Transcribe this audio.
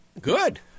Good